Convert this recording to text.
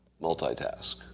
multitask